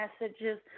messages